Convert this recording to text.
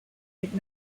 did